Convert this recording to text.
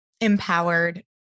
empowered